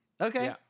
Okay